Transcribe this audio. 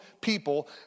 people